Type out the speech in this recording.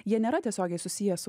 jie nėra tiesiogiai susiję su